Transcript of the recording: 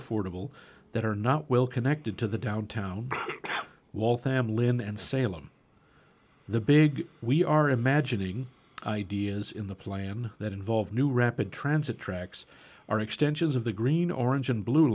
affordable that are not well connected to the downtown waltham lynn and salem the big we are imagining ideas in the plan that involve new rapid transit tracks are extensions of the green orange and blue